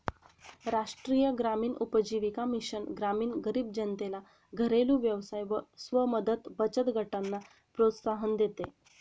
राष्ट्रीय ग्रामीण उपजीविका मिशन ग्रामीण गरीब जनतेला घरेलु व्यवसाय व स्व मदत बचत गटांना प्रोत्साहन देते